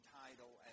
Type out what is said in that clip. title